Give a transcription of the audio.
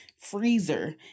freezer